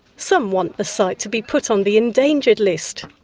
some want the site to be put on the endangered list.